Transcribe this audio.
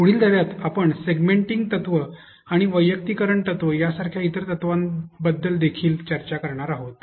पुढील धड्यात आपण सेगमेंटिंग तत्त्व आणि वैयक्तिकरण तत्त्व यासारख्या इतर तत्त्वांबद्दल देखील चर्चा करणार आहोत